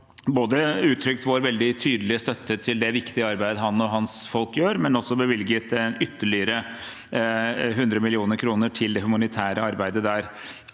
har uttrykt vår veldig tydelige støtte til det viktige arbeidet han og hans folk gjør, men også bevilget ytterligere 100 mill. kr til det humanitære arbeidet der.